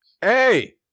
hey